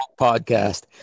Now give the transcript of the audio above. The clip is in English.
podcast